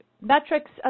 Metrics